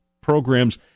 programs